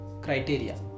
criteria